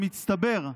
במצטבר,